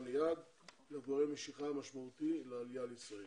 ליעד וגורם משיכה משמעותי לעלייה בישראל,